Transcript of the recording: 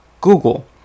Google